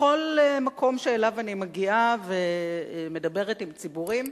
בכל מקום שאליו אני מגיעה ומדברת עם ציבורים,